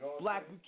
Black